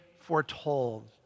foretold